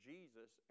Jesus